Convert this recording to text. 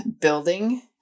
building